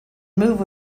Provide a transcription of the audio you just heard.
move